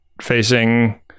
facing